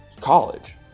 college